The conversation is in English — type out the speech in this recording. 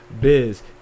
Biz